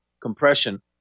compression